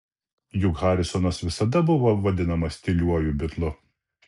juk harrisonas visada buvo vadinamas tyliuoju bitlu